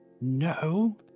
No